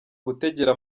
gutegera